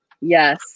Yes